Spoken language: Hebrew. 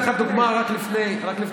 אני אתן לך דוגמה רק מלפני שבוע.